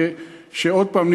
ועוד הפעם,